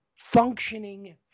functioning